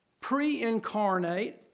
pre-incarnate